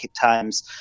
times